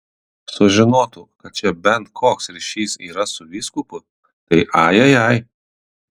sužinotų kad čia bent koks ryšys yra su vyskupu tai ajajai